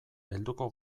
helduko